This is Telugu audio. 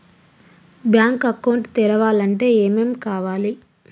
బ్యాంక్ అకౌంట్ తెరవాలంటే ఏమేం కావాలి?